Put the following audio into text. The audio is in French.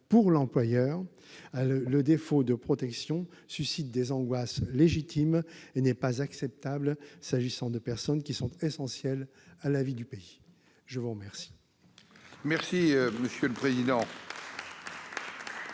pour l'employeur. Le défaut de protection suscite des angoisses légitimes et n'est pas acceptable s'agissant de personnes dont l'activité est essentielle à la vie du pays. Mes chers